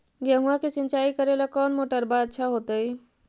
गेहुआ के सिंचाई करेला कौन मोटरबा अच्छा होतई?